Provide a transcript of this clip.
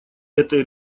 этой